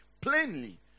plainly